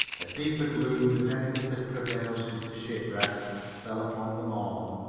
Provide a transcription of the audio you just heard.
a deeper gloom than any that had prevailed since the shipwreck fell upon them all.